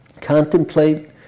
contemplate